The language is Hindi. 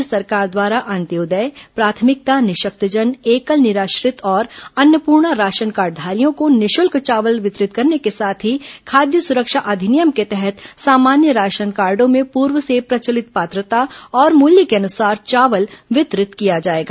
राज्य सरकार द्वारा अंत्योदय प्राथमिकता निःशक्तजन एकल निराश्रित और अन्नपूर्णा राशन कार्डधारियों को निःशुल्क चावल वितरित करने के साथ ही खाद्य सुरक्षा अधिनियम के तहत सामान्य राशन कार्डो में पूर्व से प्रचलित पात्रता और मूल्य के अनुसार चावल वितरित किया जाएगा